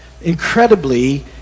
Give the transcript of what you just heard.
incredibly